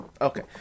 Okay